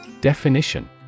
Definition